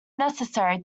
necessary